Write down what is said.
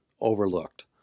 overlooked